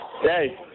Hey